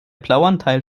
blauanteil